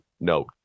no